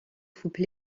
troupes